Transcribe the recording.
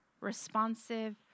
responsive